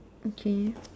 okay